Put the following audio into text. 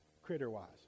Critter-wise